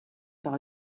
par